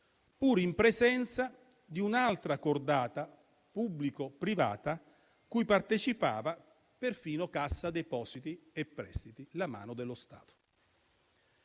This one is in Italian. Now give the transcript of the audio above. pur in presenza di un'altra cordata pubblico-privata cui partecipava perfino Cassa depositi e prestiti, la mano dello Stato.